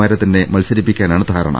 മാരെത്തന്നെ മത്സരിപ്പിക്കാനാണ് ധാരുണ